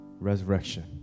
resurrection